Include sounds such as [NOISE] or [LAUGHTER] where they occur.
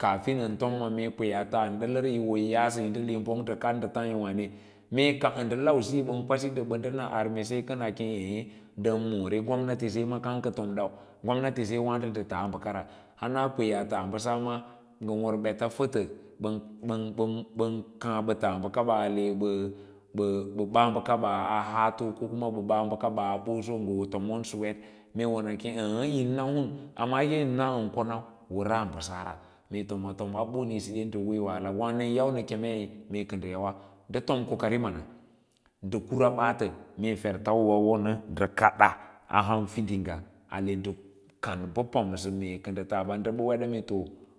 kaafin ran tomo mee kwe a tauna yala awo yi yaasa i ne bang wo nda kad nda taa ya aane mee kaba nda lau siyo iban kwasi nda ban da na arme se kam ka tom dau gomnatise waada nda taa bakara hana kwe a tas basaa maa ngan bets fata ban [NOISE] batas bakaba ale ba baakabakab a haato ko kuma ba baa baka ba a boson ga hoo tomon suwet mee won a kem aa yin na. amma ye yinna an kon au warara basaara mee tomsa tom daa wee wahala wa nan yau na kemei nda tom kokari mana nda kura baata mee fer tauwo wa wona nda kada aham fisingy ale nda kan ba pamsa mee ka nda tauwa nda ba weda mee too